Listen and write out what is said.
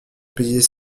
payer